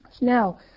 Now